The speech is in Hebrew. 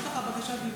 בבקשה.